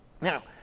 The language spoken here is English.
Now